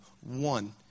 One